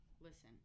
Listen